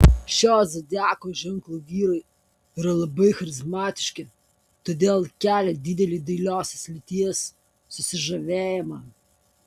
šio zodiako ženklo vyrai yra labai charizmatiški todėl kelia didelį dailiosios lyties susižavėjimą